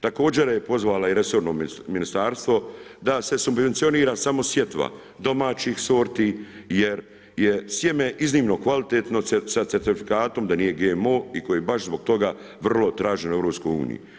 Također je pozvala i resorno ministarstvo da se subvencionira samo sjetva domaćih sorti jer je sjeme iznimno kvalitetno sa certifikatom da nije GMO i koje je baš zbog toga vrlo traženo u EU.